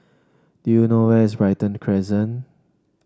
do you know where is Brighton Crescent